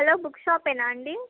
hello book షాపేనా అండి